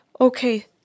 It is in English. Okay